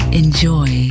enjoy